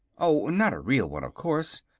oh, not a real one, of course.